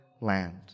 land